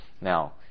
Now